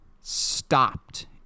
stopped